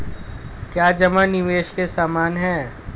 क्या जमा निवेश के समान है?